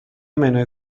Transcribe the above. منوی